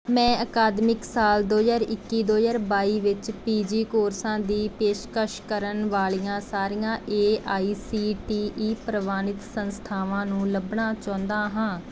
ਮੈਂ ਅਕਾਦਮਿਕ ਸਾਲ ਦੋ ਹਜ਼ਾਰ ਇੱਕੀ ਦੋ ਹਜ਼ਾਰ ਬਾਈ ਵਿੱਚ ਪੀ ਜੀ ਕੋਰਸਾਂ ਦੀ ਪੇਸ਼ਕਸ਼ ਕਰਨ ਵਾਲੀਆਂ ਸਾਰੀਆਂ A I C T E ਪ੍ਰਵਾਨਿਤ ਸੰਸਥਾਵਾਂ ਨੂੰ ਲੱਭਣਾ ਚਾਹੁੰਦਾ ਹਾਂ